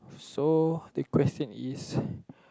so the question is